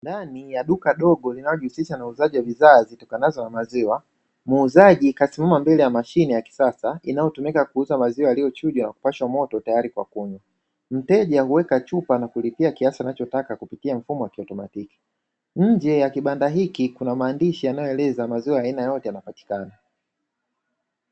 Ndani ya duka dogo linalojihusisha na uuzaji wa bidhaa zitokanazo na maziwa. Muuzaji kasimama mbele ya mashine ya kisasa inayotumika kuuza maziwa yaliyochujwa na kupashwa moto tayari kwa kunywa. Mteja huweka chupa na kulipia kiasi anachotaka kupitia mfumo wa kiautomatiki. Nje ya kibanda hiki kuna maandishi yanayoeleza maziwa ya aina yote yanapatikana.